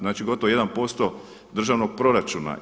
Znači gotovo 1% državnog proračuna.